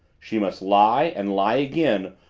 she must lie, and lie again,